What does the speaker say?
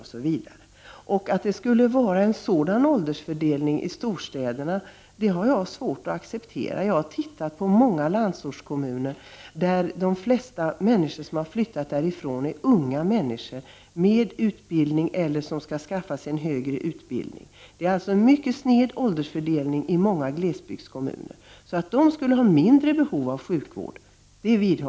Att åldersfördelningen i storstäderna skulle vara sådan som man här har sagt har jag svårt att acceptera. I många landsortskommuner är de människor som har flyttat därifrån unga. De har genomgått utbildning eller skall skaffa sig högre utbildning. Åldersfördelningen är alltså mycket sned i många gles bygdskommuner. Att dessa kommuner skulle ha mindre behov av sjukvård tror jag inte.